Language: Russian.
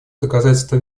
доказательство